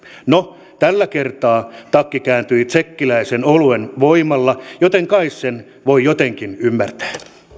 no tällä kertaa takki kääntyi tsekkiläisen oluen voimalla joten kai sen voi jotenkin ymmärtää